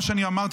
מה שאני אמרתי,